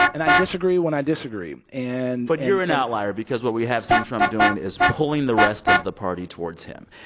and i disagree when i disagree. and. but you're an outlier because what we have seen trump doing is pulling the rest of the party towards him.